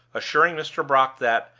assuring mr. brock that,